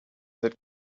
that